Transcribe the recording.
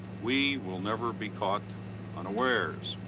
we will never be caught unawares.